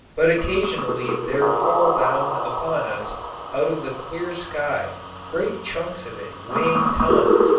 but occasionally there fall down upon us out of the clear sky great chunks of it weighing tons.